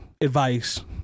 advice